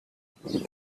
die